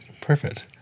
Perfect